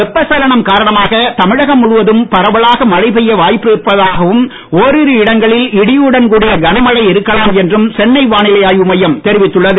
வெப்பச்சலனம் காரணமாக தமிழகம் முழுவதும் பரவலாக மழை பெய்ய வாய்ப்பிருப்பதாகவும் ஓரிரு இடங்களில் இடியுடன் கூடிய கனமழை இருக்கலாம் என்றும் சென்னை வானிலை ஆய்வு மையம் தெரிவித்துள்ளது